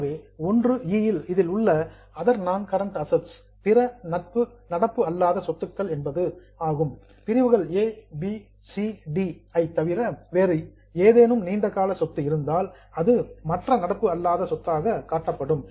ஆகவே 1 இதில் உள்ள அதர் நான் கரண்ட் அசட்ஸ் மற்ற நடப்பு அல்லாத சொத்துக்கள் என்பது பிரிவுகள் a b c d ஐ தவிர வேறு ஏதேனும் நீண்ட கால சொத்து இருந்தால் அது மற்ற நடப்பு அல்லாத சொத்தாக காட்டப்படும்